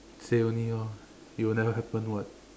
say only ah it will never happen [what]